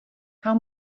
how